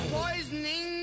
poisoning